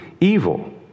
evil